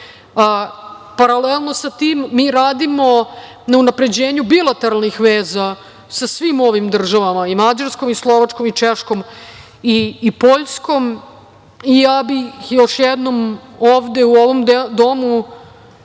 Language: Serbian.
samite. Paralelno sa tim, mi radimo na unapređenju bilateralnih veza sa svim ovim državama, i Mađarskom i Slovačkom i Češkom i Poljskom. Ja bih još jednom ovde, u ovom domu,